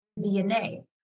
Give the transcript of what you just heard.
DNA